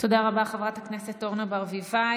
תודה רבה, חברת הכנסת אורנה ברביבאי.